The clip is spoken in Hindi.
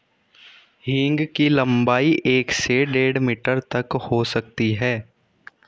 हींग की लंबाई एक से डेढ़ मीटर तक हो सकती है